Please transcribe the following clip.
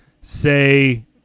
say